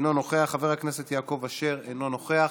אינו נוכח, חבר הכנסת יעקב אשר, אינו נוכח,